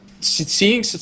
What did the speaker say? seeing